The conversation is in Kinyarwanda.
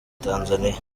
tanzania